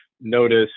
notice